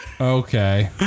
okay